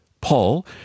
Paul